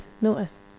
notice